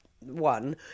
one